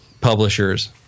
publishers